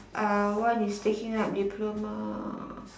uh one is taking up diploma